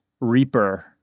reaper